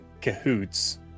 cahoots